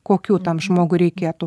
kokių tam žmogui reikėtų